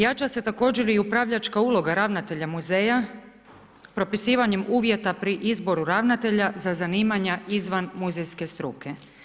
Jača se također i upravljačka uloga ravnatelja muzeja propisivanjem uvjeta pri izboru ravnatelja za zanimanja izvan muzejske struke.